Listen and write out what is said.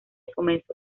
comenzó